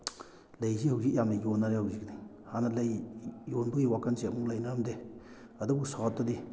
ꯂꯩꯁꯤ ꯍꯧꯖꯤꯛ ꯌꯥꯝꯅ ꯌꯣꯟꯅꯔꯦ ꯍꯧꯖꯤꯛꯇꯤ ꯍꯥꯟꯅ ꯂꯩ ꯌꯣꯟꯕꯒꯤ ꯋꯥꯈꯜꯁꯦ ꯑꯃꯐꯥꯎ ꯂꯩꯅꯔꯝꯗꯦ ꯑꯗꯨꯕꯨ ꯁꯥꯎꯠꯇꯗꯤ